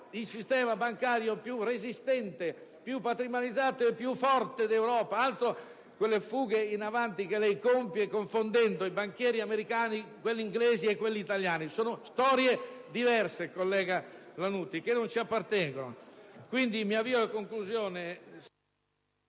il sistema bancario più resistente, più patrimonializzato e più forte. Altro che quelle fughe in avanti che lei compie, confondendo i banchieri americani, inglesi e italiani. Sono storie diverse - collega Lannutti - che non ci appartengono. Mi avvio alla conclusione,